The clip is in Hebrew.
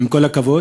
עם כל הכבוד,